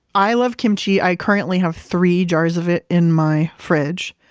i love kimchi. i currently have three jars of it in my fridge.